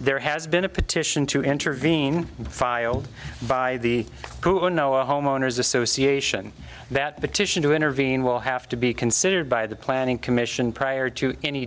there has been a petition to intervene filed by the who know a homeowner's association that petition to intervene will have to be considered by the planning commission prior to any